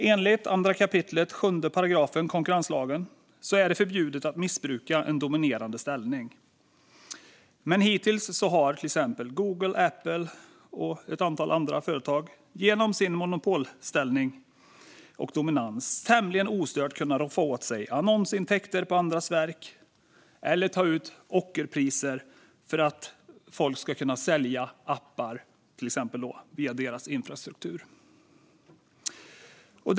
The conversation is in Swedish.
Enligt 2 kap. 7 § konkurrenslagen är det förbjudet att missbruka en dominerande ställning, men hittills har till exempel Google, Apple och ett antal andra företag genom sin monopolställning och dominans tämligen ostört kunnat roffa åt sig annonsintäkter på andras verk eller ta ut ockerpriser för att folk ska kunna sälja appar till exempel via deras infrastruktur.